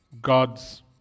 God's